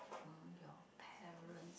your parents